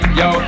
yo